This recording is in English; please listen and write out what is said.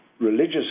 religious